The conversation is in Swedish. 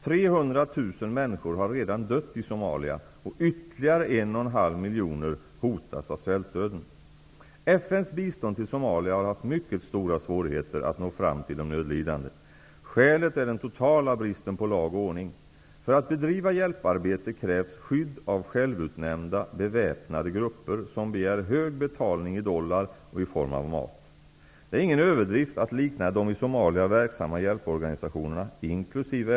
300 000 människor har redan dött i Somalia och ytterligare 1,5 miljoner hotas av svältdöden. FN:s bistånd till Somalia har haft mycket stora svårigheter med att nå fram till de nödlidande. Skälet är den totala bristen på lag och ordning. För att bedriva hjälparbete krävs skydd av självutnämnda beväpnade grupper som begär hög betalning i dollar och i form av mat. Det är ingen överdrift att likna de i Somalia verksamma hjälporganisationerna, inkl.